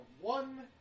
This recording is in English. one